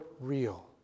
real